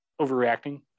overreacting